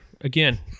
again